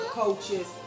coaches